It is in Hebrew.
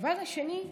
הדבר השני,